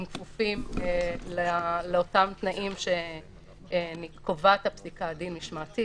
הם כפופים לאותם תנאים שקובעת הפסיקה דין משמעתי,